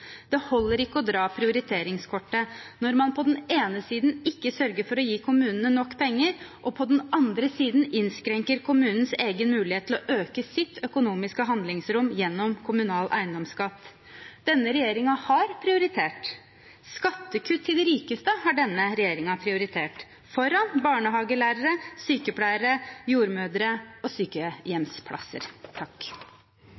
Det holder ikke å dra prioriteringskortet når man på den ene siden ikke sørger for å gi kommunene nok penger, og på den andre siden innskrenker kommunens egen mulighet til å øke sitt økonomiske handlingsrom gjennom kommunal eiendomsskatt. Denne regjeringen har prioritert: Skattekutt til de rikeste har denne regjeringen prioritert – foran barnehagelærere, sykepleiere, jordmødre og